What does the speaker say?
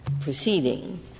proceeding